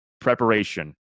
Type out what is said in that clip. preparation